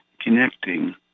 connecting